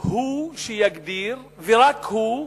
הוא שיגדיר, ורק הוא,